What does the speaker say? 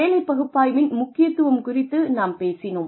வேலை பகுப்பாய்வின் முக்கியத்துவம் குறித்து நாம் பேசினோம்